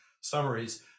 summaries